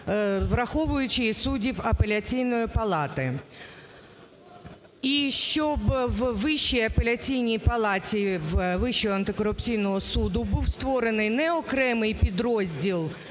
враховуючи суддів Апеляційної палати. І щоб в Вищій апеляційній палаті Вищого антикорупційного суду був створений не окремий підрозділ